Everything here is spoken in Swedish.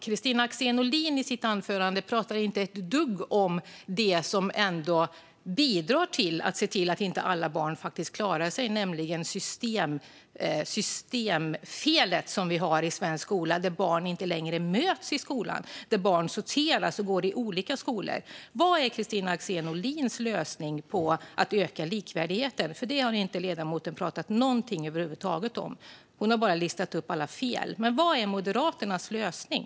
Kristina Axén Olin pratade inte ett dugg i sitt anförande om det som ändå bidrar till att inte alla barn klarar sig, nämligen systemfelet som vi har i svensk skola där barn inte längre möts i skolan utan där de sorteras och går i olika skolor. Vad är Kristina Axén Olins lösning på att öka likvärdigheten? Det har ledamoten inte pratat någonting om över huvud taget. Hon har bara listat alla fel. Vad är Moderaternas lösning?